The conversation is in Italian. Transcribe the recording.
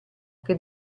che